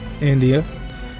India